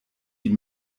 die